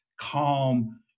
calm